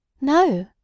No